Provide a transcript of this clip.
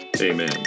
amen